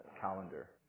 calendar